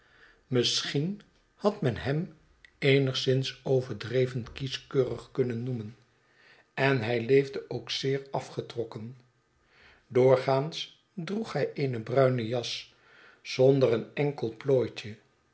misschien had men hem eenigszins overdreven kieskeurig kunnen noemen en hij leefde ook zeer afgetrokken doorgaans droeg hij eene bruine jas zonder een enkel plooitje